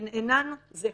הן אינן זהות.